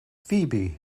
phoebe